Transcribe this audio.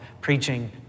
preaching